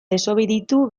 desobeditu